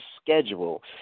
schedule